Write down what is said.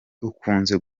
ukunze